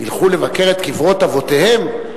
ילכו לבקר את קברות אבותיהם?